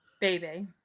baby